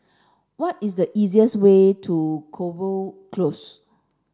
what is the easiest way to Cotswold Close